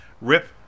Rip